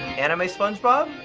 anime spongebob?